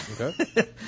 Okay